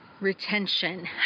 retention